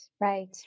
Right